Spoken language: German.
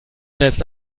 selbst